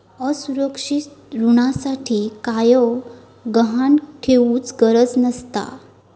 असुरक्षित ऋणासाठी कायव गहाण ठेउचि गरज नसता